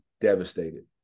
devastated